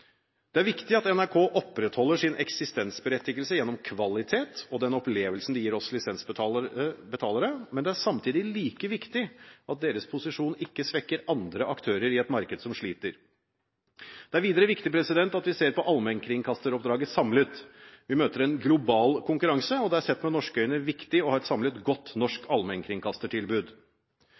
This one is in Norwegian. Det er viktig at NRK opprettholder sin eksistensberettigelse gjennom kvalitet og den opplevelsen de gir oss lisensbetalere, men det er samtidig like viktig at deres posisjon ikke svekker andre aktører i et marked som sliter. Det er videre viktig at vi ser på allmennkringkasteroppdraget samlet. Vi møter en global konkurranse, og det er sett med norske øyne viktig å ha et samlet godt norsk allmennkringkastertilbud.